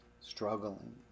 struggling